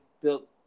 built